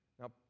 Now